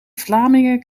vlamingen